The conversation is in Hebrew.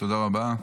תודה רבה.